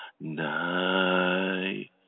Night